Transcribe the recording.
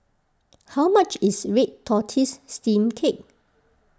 how much is Red Tortoise Steamed Cake